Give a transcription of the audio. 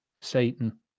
Satan